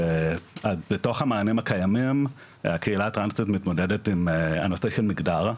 בתוך המענים הקיימים הקהילה הטרנסית מתמודדת עם הנושא של מגדר,